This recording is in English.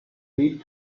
lead